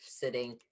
sitting